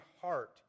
heart